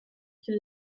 qui